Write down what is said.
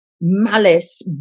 malice